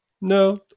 No